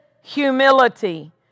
humility